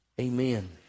Amen